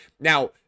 Now